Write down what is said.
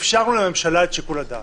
אפשרנו לממשלה את שיקול הדעת.